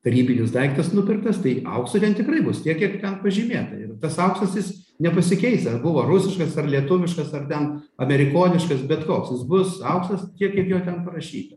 tarybinis daiktas nupirktas tai aukso ten tikrai bus tiek kiek ten pažymėta ir tas auksas jis nepasikeis ar buvo rusiškas ar lietuviškas ar ten amerikoniškas bet koks jis bus auksas tiek kiek jo ten parašyta